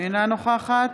אינה נוכחת